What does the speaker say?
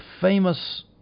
famous